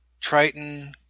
Triton